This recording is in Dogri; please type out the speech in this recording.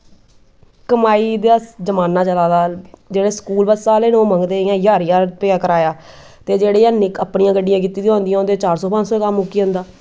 कमाई दा जमान्ना चलै दा जेह्ड़े स्कूल बस्सा आह्ले न ओह् मंगदे इ'यां ज्हार ज्हार रपेआ कराया ते जि'नें अपनियां गड्डियां कीती दियां होंदियां उं'दा चार सौ पंज सौ नै कम्म मुक्की जंदा